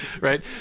right